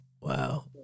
Wow